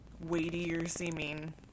weightier-seeming